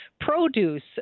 produce